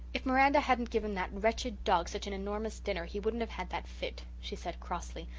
if miranda hadn't given that wretched dog such an enormous dinner he wouldn't have had that fit, she said crossly.